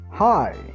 Hi